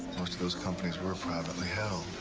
most of those companies were privately held.